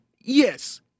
yes